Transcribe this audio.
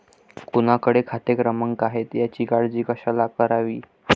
कोणाकडे खाते क्रमांक आहेत याची काळजी कशाला करावी